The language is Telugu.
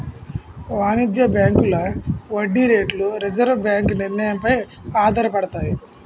వాణిజ్య బ్యాంకుల వడ్డీ రేట్లు రిజర్వు బ్యాంకు నిర్ణయం పై ఆధారపడతాయి